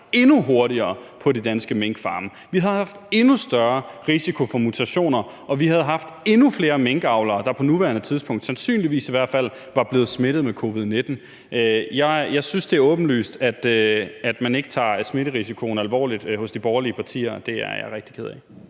endnu hurtigere på de danske minkfarme. Vi havde haft endnu større risiko for mutationer, og vi havde haft endnu flere minkavlere, der på nuværende tidspunkt – i hvert fald sandsynligvis – var blevet smittet med covid-19. Jeg synes, det er åbenlyst, at man ikke tager smitterisikoen alvorligt hos de borgerlige partier. Det er jeg rigtig ked af.